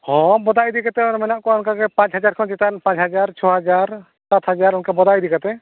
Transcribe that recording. ᱦᱮᱸ ᱵᱚᱫᱟ ᱤᱫᱤ ᱠᱟᱛᱮᱫ ᱦᱚᱸ ᱢᱮᱱᱟᱜ ᱠᱚᱣᱟ ᱚᱱᱠᱟᱜᱮ ᱯᱟᱸᱪ ᱦᱟᱡᱟᱨ ᱠᱷᱚᱱ ᱪᱮᱛᱟᱱ ᱯᱟᱸᱪ ᱦᱟᱡᱟᱨ ᱪᱷᱚ ᱦᱟᱡᱟᱨ ᱥᱟᱛ ᱦᱟᱡᱟᱨ ᱚᱱᱠᱟ ᱵᱟᱰᱟᱭ ᱤᱫᱤ ᱠᱟᱛᱮᱫ